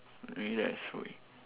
maybe that's the way